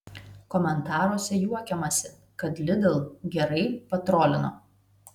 komentaruose juokiamasi kad lidl gerai patrolino